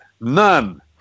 None